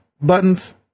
buttons